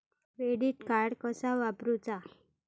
Credit card कसा वापरूचा?